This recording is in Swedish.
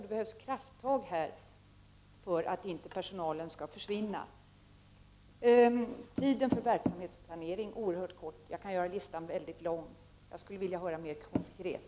Det behövs krafttag för att personalen inte skall försvinna. Tiden för verksamhetsplanering är oerhört liten. Jag kan göra listan mycket lång. Jag skulle vilja höra någonting mer konkret.